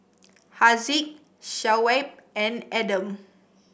Haziq Shoaib and Adam